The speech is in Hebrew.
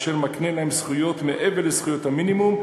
אשר מקנה להם זכויות מעבר לזכויות המינימום,